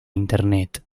internet